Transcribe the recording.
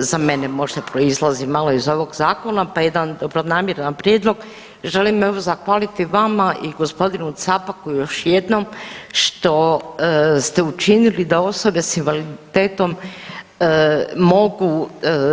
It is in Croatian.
za mene možda proizlazi malo iz ovog zakona, pa jedan dobronamjeran prijedlog, želim evo zahvaliti vama i gospodinu Capaku još jednom što ste učinili da osobe s invaliditetom mogu